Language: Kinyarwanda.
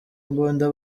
imbunda